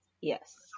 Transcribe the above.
yes